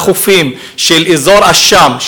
מהחופים של אזור א-שאם,